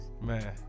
man